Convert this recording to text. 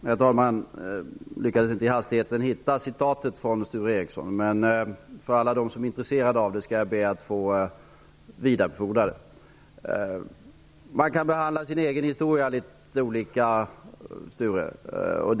Herr talman! Jag lyckades inte i hastigheten hitta citatet från Sture Ericson, men jag skall be att få vidarebefordra det till alla som är intresserade av det. Man kan behandla sin egen historia litet olika, Sture Ericson.